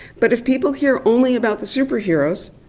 but if people hear only about the superheroes,